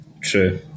True